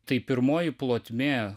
tai pirmoji plotmė